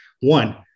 one